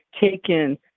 taken